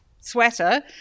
sweater